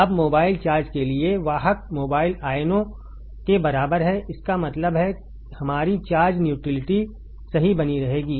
अब mobile charge के लिए वाहक मोबाइल आयनों के बराबर है इसका मतलब है हमारी चार्ज न्यूट्रलिटी सही बनी रहेगी